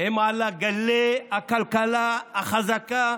הן על גלי הכלכלה החזקה,